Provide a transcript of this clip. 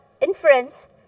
inference